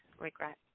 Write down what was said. regret